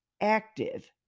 active